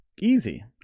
Easy